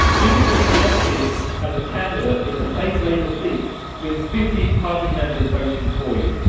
you can get selected as a candidate in a safe labour seat with fifty party members voting for you.